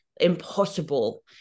impossible